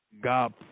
God